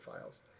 files